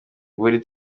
buri